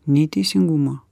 nei teisingumo